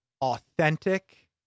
authentic